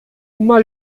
uma